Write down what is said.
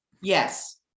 Yes